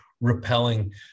repelling